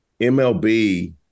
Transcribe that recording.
MLB